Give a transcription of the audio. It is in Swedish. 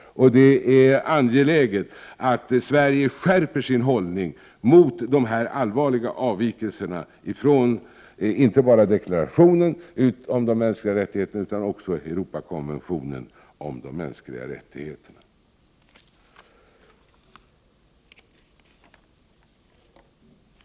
Det är angeläget att Sverige skärper sin hållning mot de här allvarliga avvikelserna från inte bara FN-deklarationen om mänskliga rättigheter utan också Europakonventionen om de mänskliga rättigheterna.